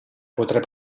potrai